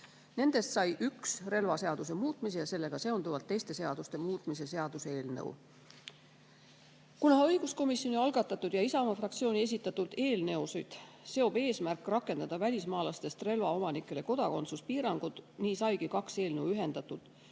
Nendest sai üks, relvaseaduse muutmise ja sellega seonduvalt teiste seaduste muutmise seaduse eelnõu. Kuna õiguskomisjoni algatatud ja Isamaa fraktsiooni esitatud eelnõusid seob eesmärk rakendada välismaalastest relvaomanikele kodakondsuspiiranguid, saigi kaks eelnõu ühendada.